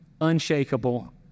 unshakable